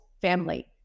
family